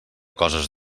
coses